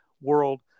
world